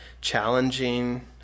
challenging